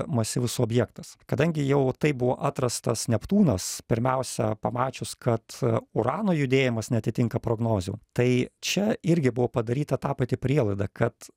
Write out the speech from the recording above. masyvus objektas kadangi jau taip buvo atrastas neptūnas pirmiausia pamačius kad urano judėjimas neatitinka prognozių tai čia irgi buvo padaryta ta pati prielaida kad